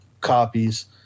copies